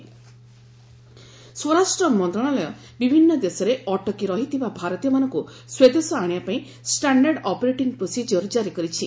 MHA guideline ସ୍ୱରାଷ୍ଟ୍ର ମନ୍ତ୍ରଣାଳୟ ବିଭିନ୍ନ ଦେଶରେ ଅଟକି ରହିଥିବା ଭାରତୀୟମାନଙ୍କୁ ସ୍ୱଦେଶ ଆଣିବା ପାଇଁ ଷ୍ଟାଣ୍ଡାର୍ଡ୍ ଅପରେଟିଂ ପ୍ରୋସିଜିଓର କାରି କରିଛି